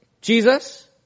Jesus